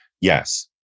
Yes